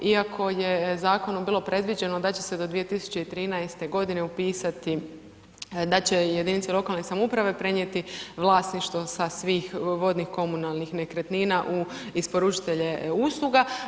Iako je zakonom bilo predviđeno da će se do 2013. godine upisati, da će jedinice lokalne samouprave prenijeti vlasništvo sa svih vodnih komunalnih nekretnina u isporučitelje usluga.